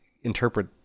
interpret